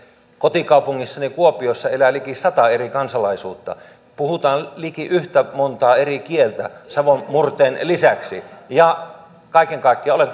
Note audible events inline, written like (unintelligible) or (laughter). kotikaupungissani kuopiossa elää liki sata eri kansalaisuutta puhutaan liki yhtä montaa eri kieltä savon murteen lisäksi kaiken kaikkiaan olen (unintelligible)